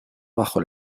bajo